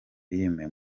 filime